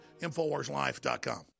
InfoWarsLife.com